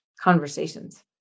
conversations